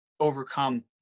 overcome